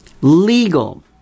Legal